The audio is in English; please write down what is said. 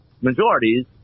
majorities